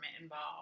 involved